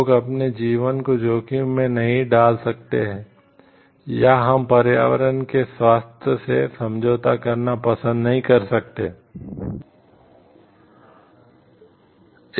लोग अपने जीवन को जोखिम में नहीं डाल सकते हैं या हम पर्यावरण के स्वास्थ्य से समझौता करना पसंद नहीं कर सकते हैं